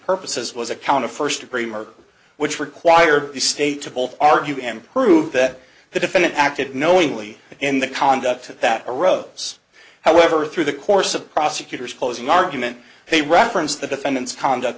purposes was a count of first degree murder which required the state to both argue and prove that the defendant acted knowingly in the conduct that arose however through the course of prosecutor's closing argument they reference the defendant's conduct